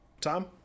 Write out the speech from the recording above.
Tom